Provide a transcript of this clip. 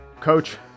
Coach